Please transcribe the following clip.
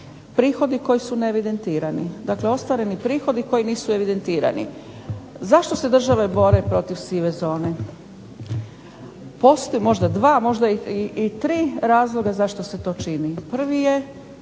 prihodi koji su neevidentirani, dakle ostvareni prihodi koji nisu evidentirani. Zašto se države bore protiv sive zone? Postoje možda dva, možda i tri razloga zašto se to čini. Prvi je